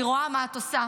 אני רואה מה את עושה.